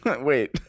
wait